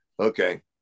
Okay